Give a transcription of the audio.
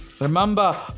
Remember